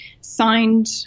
signed